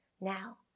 now